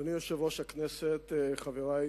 אדוני יושב-ראש הכנסת, חברי